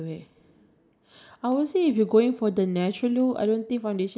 I think if it's for foundation I think it's just how you need to go